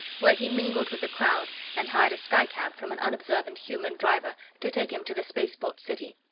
where he mingled with the crowd and hired a skycab from an unobservant human driver to take him to the spaceport city.